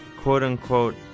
quote-unquote